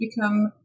become